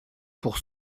pour